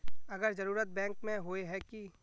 अगर जरूरत बैंक में होय है की?